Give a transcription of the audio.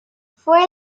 fue